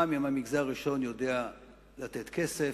גם אם המגזר הראשון יודע לתת כסף,